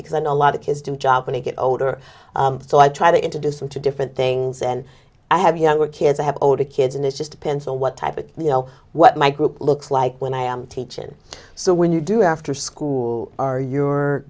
because i know a lot of kids do jobs when you get older so i try to introduce them to do things and i have younger kids i have older kids and it just depends on what type of you know what my group looks like when i am teachin so when you do after school who are your